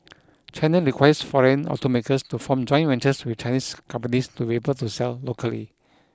China requires foreign automakers to form joint ventures with Chinese companies to be able to sell locally